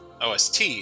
ost